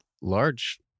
large